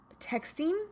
texting